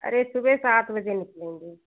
अरे सुबह सात बजे निकलेंगे